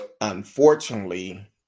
Unfortunately